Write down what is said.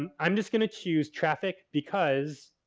um i'm just gonna choose traffic because,